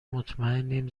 مطمئنیم